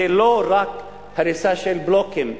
זה לא רק הריסה של בלוקים,